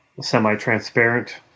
semi-transparent